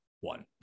one